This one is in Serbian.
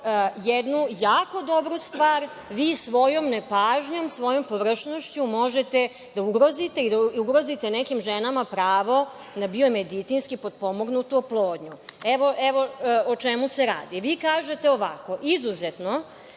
jednu jako dobru stvar vi svojom nepažnjom, svojom površnošću možete da ugrozite i da ugrozite nekim ženama pravo na biomedicinski potpomognutu oplodnju. Evo o čemu se radi. Vi kažete ovako: “Izuzetno,